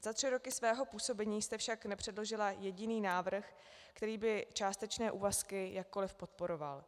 Za tři roky svého působení jste však nepředložila jediný návrh, který by částečné úvazky jakkoli podporoval.